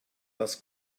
das